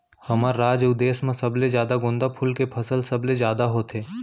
हमर राज अउ देस म सबले जादा गोंदा फूल के फसल सबले जादा होथे